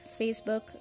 Facebook